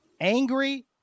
angry